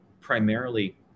primarily